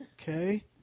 Okay